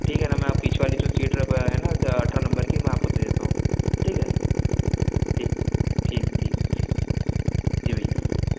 ठीक है ना मैं पीछे वाली जो है ना अट्ठारह नंबर की मैं आपको दे देता हूँ ठीक है ठीक ठीक ठीक ठीक जी भईया